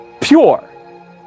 pure